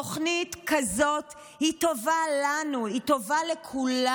תוכנית כזאת היא טובה לנו, היא טובה לכולם.